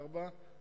ארבע.